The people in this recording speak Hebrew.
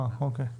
אוקיי.